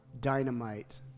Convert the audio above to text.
dynamite